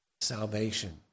Salvation